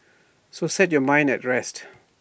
so set your mind at rest